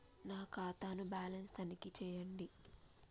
నా ఖాతా ను బ్యాలన్స్ తనిఖీ చేయండి?